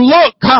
look